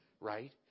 right